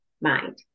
mind